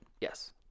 Yes